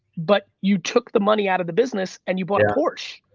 but you took the money out of the business and you bought a porsche.